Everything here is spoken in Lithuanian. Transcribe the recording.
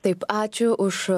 taip ačiū už